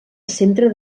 centre